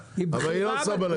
אבל היא לא עושה בלגן.